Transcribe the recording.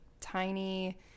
tiny